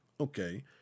Okay